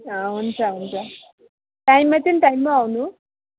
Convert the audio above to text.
हुन्छ हुन्छ टाइममा चाहिँ टाइममै आउनु